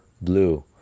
blue